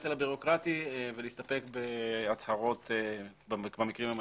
הנטל הבירוקרטי ולהסתפק בהצהרות במקרים המתאימים.